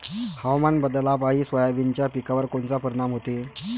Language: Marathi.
हवामान बदलापायी सोयाबीनच्या पिकावर कोनचा परिणाम होते?